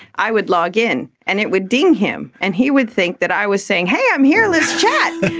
i would log in, and it would ding him, and he would think that i was saying hey i'm here, let's chat'.